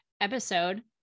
episode